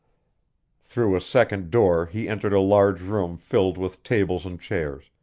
through a second door he entered a large room filled with tables and chairs,